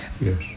Yes